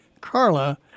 Carla